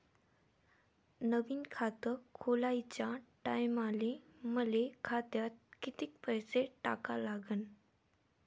नवीन खात खोलाच्या टायमाले मले खात्यात कितीक पैसे टाका लागन?